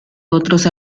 otros